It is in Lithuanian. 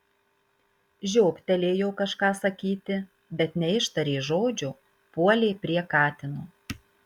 žiobtelėjo kažką sakyti bet neištarė žodžio puolė prie katino